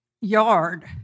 yard